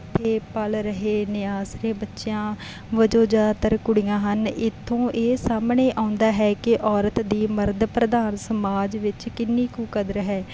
ਉੱਥੇ ਪਲ ਰਹੇ ਨਿਆਸਰੇ ਬੱਚਿਆਂ ਵੱਜੋਂ ਜ਼ਿਆਦਾਤਰ ਕੁੜੀਆਂ ਹਨ ਇੱਥੋਂ ਇਹ ਸਾਹਮਣੇ ਆਉਂਦਾ ਹੈ ਕਿ ਔਰਤ ਦੀ ਮਰਦ ਪ੍ਰਧਾਨ ਸਮਾਜ ਵਿੱਚ ਕਿੰਨੀ ਕੁ ਕਦਰ ਹੈ